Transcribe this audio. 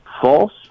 false